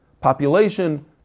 population